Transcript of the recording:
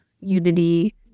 unity